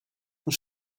und